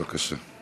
בבקשה.